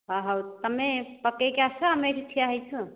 ହଁ ହଉ ତମେ ପକେଇକି ଆସ ଆମେ ଏଠି ଠିଆ ହେଇଛୁ ଆଉ